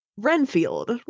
Renfield